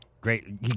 Great